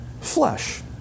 flesh